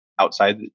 outside